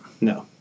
No